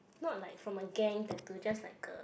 not like from a gang tattoo just like a